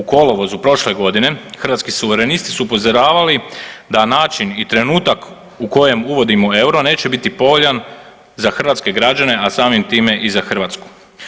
U kolovozu prošle godine Hrvatski suverenisti su upozoravali da način i trenutak u kojem uvodimo euro neće biti povoljan za hrvatske građane, a samim time i za Hrvatsku.